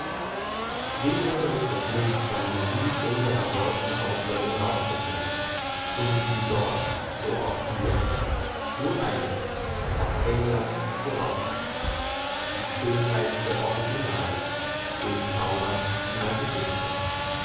wem hätte sich das nicht beim besuch unserer deutschen ausstellungen aufgedrängt und wie dort so auch hier nur eines hat england voraus die schönheit der originale den zauber ihrer gesichter